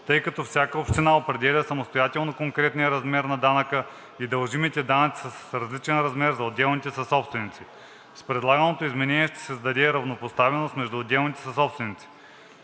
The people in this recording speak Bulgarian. тъй като всяка община определя самостоятелно конкретния размер на данъка и дължимите данъци са с различен размер за отделните съсобственици. С предлаганото изменение ще се създаде равнопоставеност между отделните съсобственици.